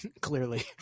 clearly